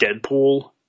Deadpool